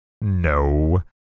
No